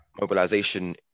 mobilization